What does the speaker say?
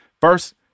First